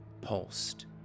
pulsed